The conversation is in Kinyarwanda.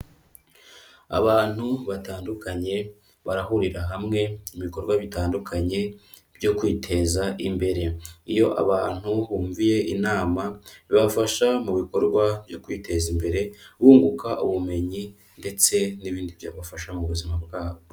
Abantu batandukanye barahurira hamwe mu bikorwa bitandukanye, byo kwiteza imbere, iyo abantu bumviye inama, bibafasha mu bikorwa byo kwiteza imbere, bunguka ubumenyi ndetse n'ibindi byabafasha mu buzima bwabo.